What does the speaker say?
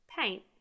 paint